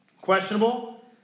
questionable